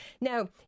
now